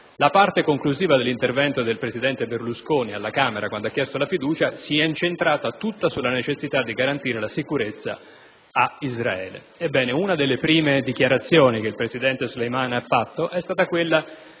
la parte conclusiva dell'intervento del presidente Berlusconi alla Camera, quando ha chiesto la fiducia, si è incentrata tutta sulla necessità di garantire la sicurezza a Israele. Una delle prime dichiarazioni che il presidente Sleiman ha fatto é stata quella